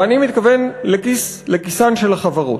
ואני מתכוון לכיסן של החברות.